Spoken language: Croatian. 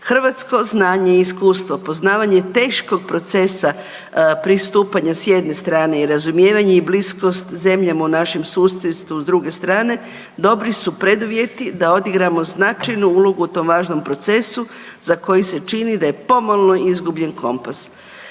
Hrvatsko znanje i iskustvo, poznavanje teškog procesa pristupanja s jedne strane i razumijevanje i bliskost zemljama u našem susjedstvu s druge strane, dobri su preduvjeti da odigramo značajnu ulogu u tom važnom procesu za koji se čini da je pomalo izgubljen kompas.